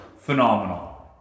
Phenomenal